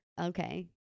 Okay